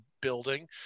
building